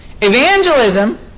Evangelism